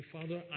Father